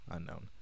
Unknown